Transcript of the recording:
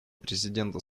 президента